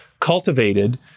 cultivated